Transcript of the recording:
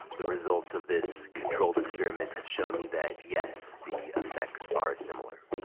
the results of this controlled experiment have shown me that, yes, the effects are similar.